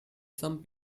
some